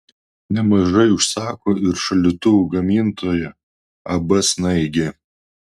nemažai užsako ir šaldytuvų gamintoja ab snaigė